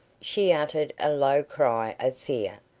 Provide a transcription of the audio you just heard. she uttered a low cry of fear,